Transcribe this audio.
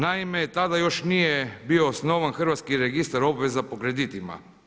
Naime, tada još nije bio osnovan Hrvatski registar obveza po kreditima.